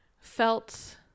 felt